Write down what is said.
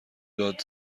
داد